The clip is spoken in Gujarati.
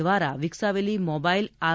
દ્વારા વિકસાવેલી મોબાઇલ આર